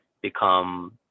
become